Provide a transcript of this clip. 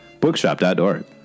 Bookshop.org